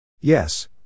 Yes